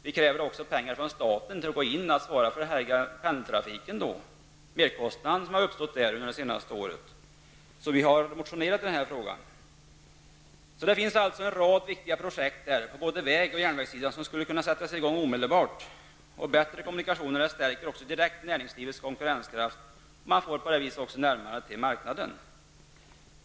Vi kräver också att staten går in med pengar och svarar för den merkostnad som har uppstått för pendeltrafiken under det senaste året. Vi har alltså motionerat i den frågan. Det finns alltså en rad viktiga projekt på både vägoch järnvägssidan som skulle kunna sättas i gång omedelbart. Bättre kommunikationer stärker också direkt näringslivets konkurrenskraft, och man får på det viset även närmare till marknaden.